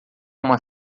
uma